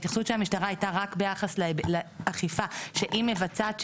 ההתייחסות של המשטרה הייתה רק ביחס לאכיפה שהיא מבצעת,